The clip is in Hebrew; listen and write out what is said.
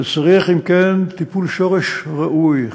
צריך, אם כן, טיפול שורש ראוי.